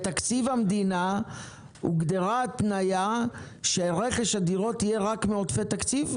בתקציב המדינה הוגדרה התניה שרכש הדירות יהיה רק מעודפי תקציב?